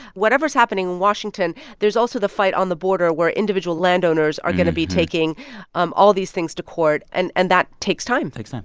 whatever's happening in washington, there's also the fight on the border where individual landowners are going to be taking um all these things to court. and and that takes time takes time,